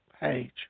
page